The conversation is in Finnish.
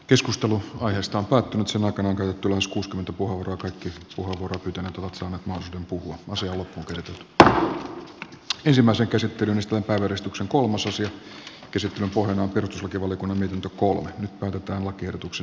keskustelu aiheesta ottanut sen alkaneen tulo joskus puhua kaikki puheenvuorot pitävät ovat saaneet myös puhuu asiaan että nyt ensimmäisen käsittelyn pohjana on perustuslakivaliokunnan kolme raimo kertuksi